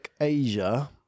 Asia